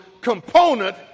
component